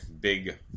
big